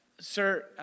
Sir